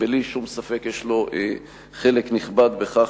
ובלי שום ספק יש לו חלק נכבד בכך